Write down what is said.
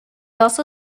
also